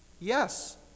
yes